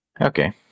Okay